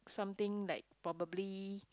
something like probably